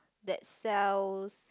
that sells